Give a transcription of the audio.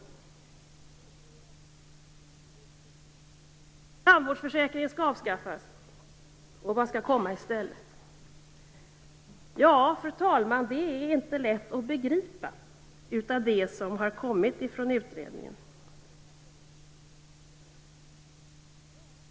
Tandvårdsförsäkringen skall avskaffas. Vad skall komma i stället? Det är inte lätt att begripa av det som kommit från utredningen.